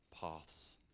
paths